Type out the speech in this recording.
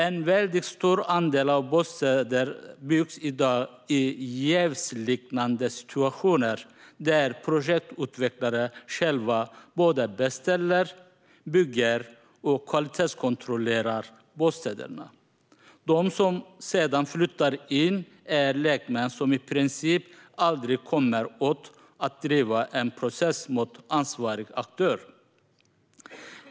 En stor andel av bostadsrätterna byggs i dag i jävsliknande situationer där projektutvecklare själva både beställer, bygger och kvalitetskontrollerar bostäderna. De som sedan flyttar in är lekmän som i princip aldrig kommer åt att driva en process mot ansvarig aktör.